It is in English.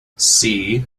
see